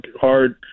hard